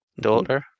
daughter